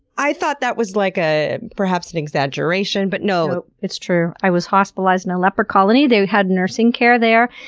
i thought that was like ah perhaps an exaggeration, but no, it's true. i was hospitalized in a leper colony. they had nursing care there.